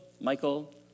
Michael